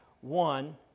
One